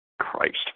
Christ